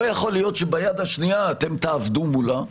לא יכול להיות שביד השנייה אתם תעבדו מולה,